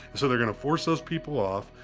so they're gonna force those people off,